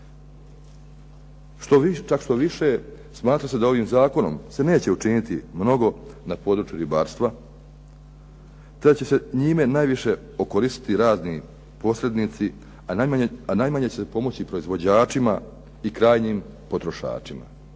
Što više, čak štoviše smatra se da se ovim Zakonom neće napraviti mnogo na području ribarstva, da će se njime najviše okoristiti radni posrednici, a najmanje će pomoći proizvođačima i krajnjim potrošačima.